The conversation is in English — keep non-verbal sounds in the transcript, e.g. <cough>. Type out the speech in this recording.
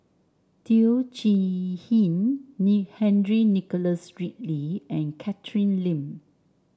Teo Chee Hean <unintelligible> Henry Nicholas Ridley and Catherine Lim